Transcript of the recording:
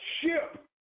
ship